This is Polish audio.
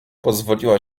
pozwoliła